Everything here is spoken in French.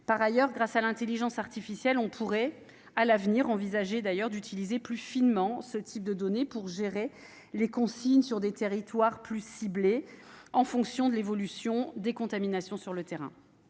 Par ailleurs, grâce à l'intelligence artificielle, on pourrait à l'avenir envisager d'utiliser plus finement ce type de données pour gérer les consignes sur des territoires plus ciblés, en fonction de l'évolution des contaminations sur le terrain.